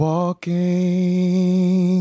Walking